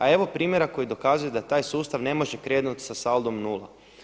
A evo primjera koji dokazuju da taj sustav ne može krenuti sa saldom nula.